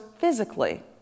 physically